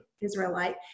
Israelite